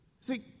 see